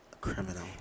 Criminal